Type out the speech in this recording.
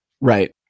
Right